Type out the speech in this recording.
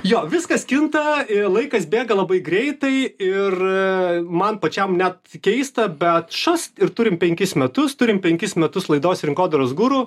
jo viskas kinta ir laikas bėga labai greitai ir man pačiam net keista bet šast ir turim penkis metus turim penkis metus laidos rinkodaros guru